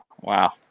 Wow